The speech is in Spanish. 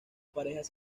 parejas